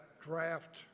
draft